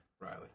Riley